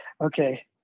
okay